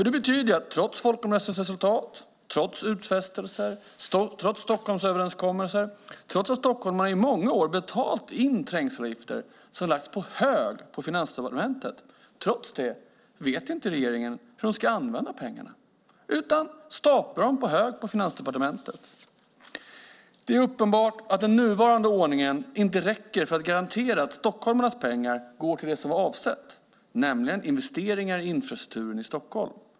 Det betyder att efter folkomröstningsresultat, utfästelser och Stockholmsöverenskommelser har stockholmarna i många år betalt in trängselavgifter, men trots det vet inte regeringen hur den ska använda pengarna utan staplar dem på hög på Finansdepartementet. Det är uppenbart att den nuvarande ordningen inte räcker för att stockholmarnas pengar går till det som var avsett, nämligen investeringar i infrastrukturen i Stockholm.